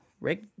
Rick